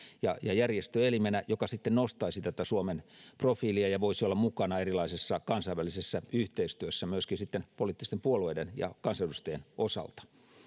ja ja järjestöelimenä joka sitten nostaisi tätä suomen profiilia ja voisi olla mukana erilaisessa kansainvälisessä yhteistyössä myöskin sitten poliittisten puolueiden ja kansanedustajien osalta